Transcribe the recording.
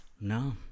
No